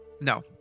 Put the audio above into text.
No